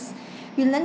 we landed